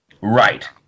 Right